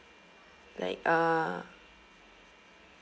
like uh